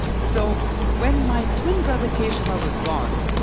so when my twin brother kaesava was born,